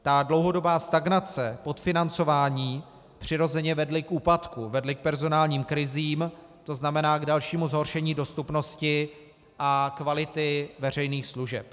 Ta dlouhodobá stagnace, podfinancování přirozeně vedly k úpadku, vedly k personálním krizím, tzn. k dalšímu zhoršení dostupnosti a kvality veřejných služeb.